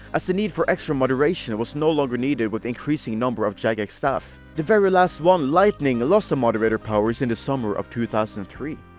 as the need for extra moderation was no longer needed with the increasing number of jagex staff. the very last one, lightning, lost the moderator powers in the summer of two thousand and three.